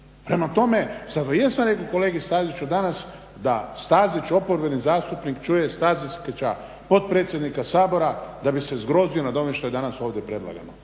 Prema tome, zato jesam rekao kolegi Staziću danas da Stazić oporbeni zastupnik čuje Stazića potpredsjednika Sabora da bi se zgrozio nad ovim što je danas ovdje predlagano.